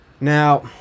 Now